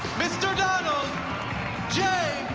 mr. donald j.